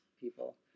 people